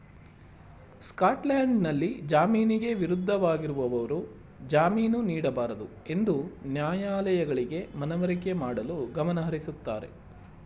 ಸ್ಕಾಟ್ಲ್ಯಾಂಡ್ನಲ್ಲಿ ಜಾಮೀನಿಗೆ ವಿರುದ್ಧವಾಗಿರುವವರು ಜಾಮೀನು ನೀಡಬಾರದುಎಂದು ನ್ಯಾಯಾಲಯಗಳಿಗೆ ಮನವರಿಕೆ ಮಾಡಲು ಗಮನಹರಿಸುತ್ತಾರೆ